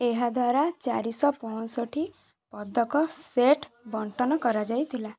ଏହାଦ୍ୱାରା ଚାରିଶହ ପଞ୍ଚଷଠି ପଦକ ସେଟ୍ ବଣ୍ଟନ କରାଯାଇଥିଲା